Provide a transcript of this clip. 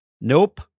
Nope